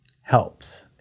helps